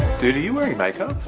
dude, are you wearing makeup?